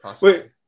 wait